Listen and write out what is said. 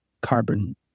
carbon